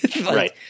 Right